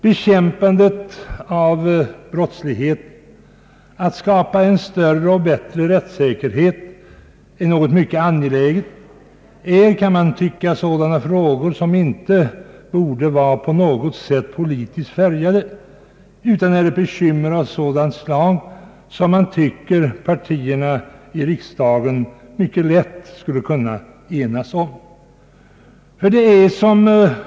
Bekämpandet av «brottslighet, att skapa en större och bättre rättssäkerhet, är något mycket angeläget. Det är, kan man tycka, frågor som inte borde vara på något sätt politiskt färgade utan ett bekymmer av sådant slag som partierna i riksdagen mycket lätt skulle kunna enas om.